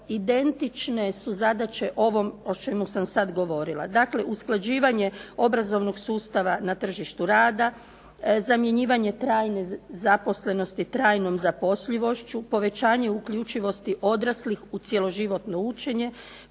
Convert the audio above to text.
identične su zadaće ovom o čemu sam sada govorila. Dakle, usklađivanje obrazovnog sustava na tržištu rada, zamjenjivanje trajne zaposlenosti, trajnom zapošljivošću, povećanje uključivosti odraslih u cjeloživotno učenje,